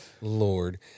Lord